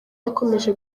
yakomeje